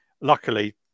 luckily